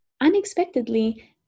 unexpectedly